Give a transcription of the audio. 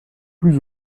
plus